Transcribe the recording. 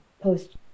post